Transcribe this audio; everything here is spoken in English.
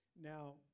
Now